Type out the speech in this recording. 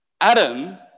Adam